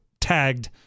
tagged